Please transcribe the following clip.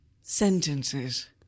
sentences